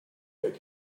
beg